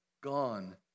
gone